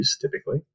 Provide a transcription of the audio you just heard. typically